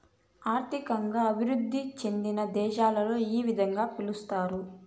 ఆర్థికంగా అభివృద్ధి చెందిన దేశాలలో ఈ విధంగా పిలుస్తారు